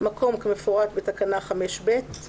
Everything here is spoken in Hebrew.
(1)מקום כמפורט בתקנה 5(ב);